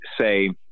say